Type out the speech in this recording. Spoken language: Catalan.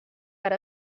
per